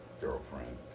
girlfriend